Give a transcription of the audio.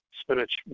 spinach